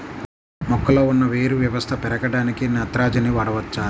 మొక్కలో ఉన్న వేరు వ్యవస్థ పెరగడానికి నత్రజని వాడవచ్చా?